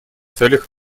целях